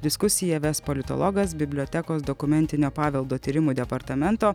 diskusiją ves politologas bibliotekos dokumentinio paveldo tyrimų departamento